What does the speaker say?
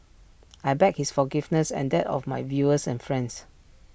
I beg his forgiveness and that of my viewers and friends